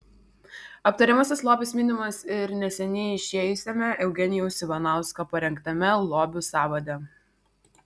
aptariamasis lobis minimas ir neseniai išėjusiame eugenijaus ivanausko parengtame lobių sąvade